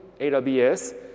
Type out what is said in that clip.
AWS